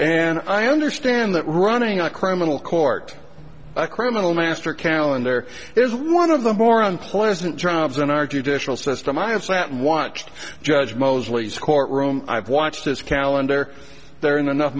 and i understand that running a criminal court a criminal master calendar is one of the more unpleasant trials in our judicial system i have sat and watched judge mosley's courtroom i've watched his calendar there enough